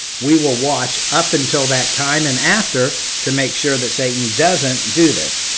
we will watch up until that time and after to make sure that satan doesn't do this.